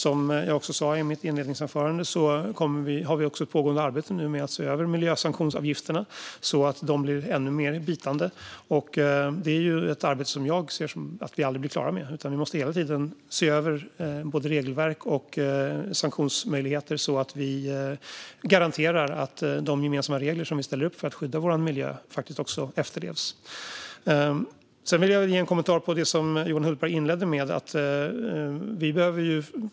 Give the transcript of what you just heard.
Som jag sa i mitt inledningsanförande har vi också ett pågående arbete med att se över miljösanktionsavgifterna så att de blir ännu mer bitande. Detta är ett arbete som jag anser att vi aldrig blir klara med, utan vi måste hela tiden se över både regelverk och sanktionsmöjligheter så att vi garanterar att de gemensamma regler som vi ställer upp för att skydda vår miljö faktiskt också efterlevs. Jag vill kommentera det som Johan Hultberg inledde med.